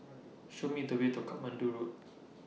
Show Me The Way to Katmandu Road